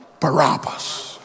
Barabbas